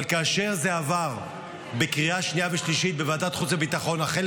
אבל כאשר זה עבר בקריאה השנייה והשלישית בוועדת החוץ והביטחון אחרי,